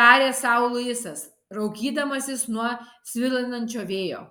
tarė sau luisas raukydamasis nuo svilinančio vėjo